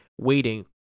waiting